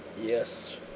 Yes